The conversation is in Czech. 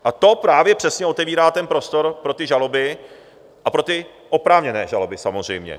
A to právě přesně otevírá ten prostor pro ty žaloby, pro ty oprávněné žaloby, samozřejmě.